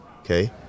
okay